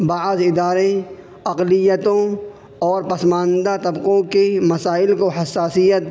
بعض ادارے اقلیتوں اور پسماندہ طبقوں کی مسائل کو حساسیت